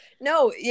No